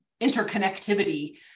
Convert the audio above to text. interconnectivity